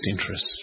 interests